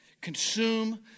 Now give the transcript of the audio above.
consume